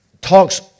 talks